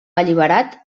alliberat